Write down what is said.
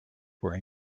were